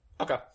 Okay